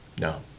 No